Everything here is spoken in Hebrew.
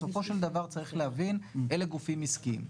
בסופו של דבר צריך להבין, אלה גופים עסקיים.